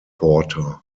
porter